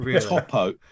Topo